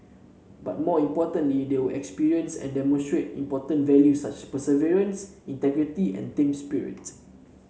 but more importantly they will experience and demonstrate important values such perseverance integrity and team spirit